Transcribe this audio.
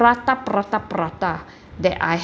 paratha paratha paratha that I